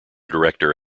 director